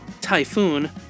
Typhoon